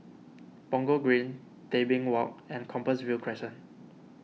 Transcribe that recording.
Punggol Green Tebing Walk and Compassvale Crescent